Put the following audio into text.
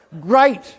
great